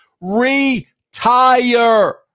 retire